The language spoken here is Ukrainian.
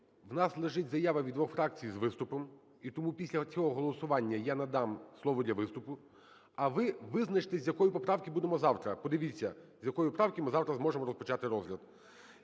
У нас лежить заява від двох фракцій з виступом. І тому після оцього голосування я надам слово для виступу. А ви визначтесь, з якої поправки будемо завтра. Подивіться, з якої правки ми завтра зможемо розпочати розгляд.